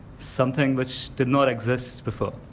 something which did not exist before.